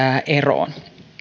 eroon